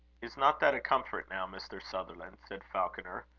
is not that a comfort, now, mr. sutherland? said falconer.